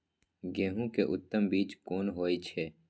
गेंहू के उत्तम बीज कोन होय छे?